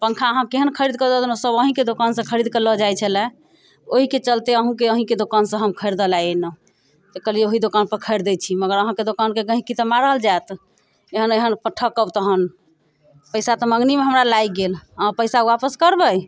पङ्खा अहाँ केहन खरीदके दऽ देलहुँ सब अहिंँकेँ दोकानसँ खरीदके लऽ जाइत छलै ओहिके चलते अहुंँके अहिँकेँ दोकानसँ हम खरिदऽ लऽ अयलहुँ तऽ कहलियै ओहि दोकान पर खरदैत छी मगर अहाँकेँ दोकानके गहकी तऽ मारल जायत एहन एहन ठकब तहन पैसा तऽ मँगनीमे हमरा लागि गेल अहाँ पैसा आपस करबै